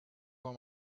for